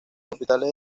capiteles